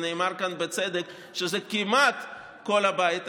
ונאמר כאן בצדק שזה כמעט כל הבית הזה,